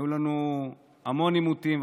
היו לנו המון עימותים,